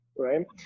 Right